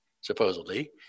supposedly